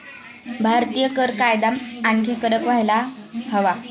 भारतीय कर कायदा आणखी कडक व्हायला हवा